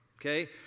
Okay